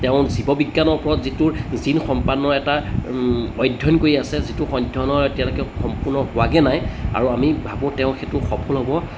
তেওঁ জীৱবিজ্ঞানৰ ওপৰত যিটো জিন সম্পাদনৰ এটা অধ্যয়ন কৰি আছে যিটো অধ্য়য়নৰ এতিয়ালৈকে সম্পূৰ্ণ হোৱাগৈ নাই আৰু আমি ভাবোঁ তেওঁ সেইটো সফল হ'ব